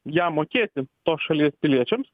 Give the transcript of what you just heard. ją mokėti tos šalies piliečiams